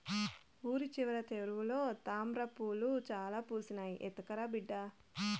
ఊరి చివర చెరువులో తామ్రపూలు చాలా పూసినాయి, ఎత్తకరా బిడ్డా